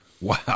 Wow